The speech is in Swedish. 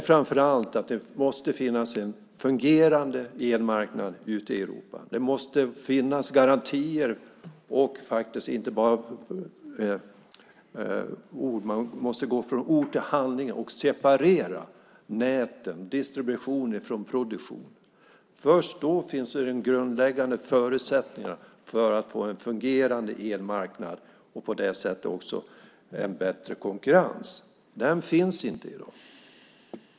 Framför allt måste det finnas en fungerande elmarknad ute i Europa. Det måste finnas garantier, men inte bara ord. Man måste gå från ord till handling och separera näten, distributionen, från produktionen. Först då finns det grundläggande förutsättningar för att få en fungerande elmarknad och på det sättet också en bättre konkurrens, något som saknas i dag.